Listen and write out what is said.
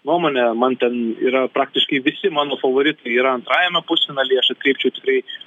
nuomonė man ten yra praktiškai visi mano favoritai yra antrajame pusfinalyje aš atkreipčiau tikrai